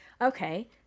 okay